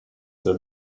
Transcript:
said